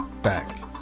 back